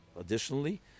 additionally